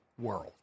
world